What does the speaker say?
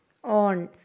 on